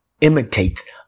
imitates